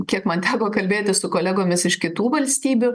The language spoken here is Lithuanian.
kiek man teko kalbėtis su kolegomis iš kitų valstybių